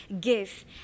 give